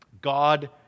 God